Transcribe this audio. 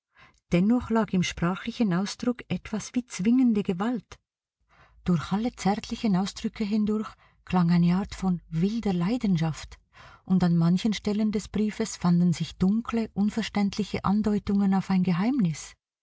dennoch lag im sprachlichen ausdruck etwas wie zwingende gewalt durch alle zärtlichen ausdrücke hindurch klang eine art von wilder leidenschaft und an manchen stellen des briefes fanden sich dunkle unverständliche andeutungen auf ein geheimnis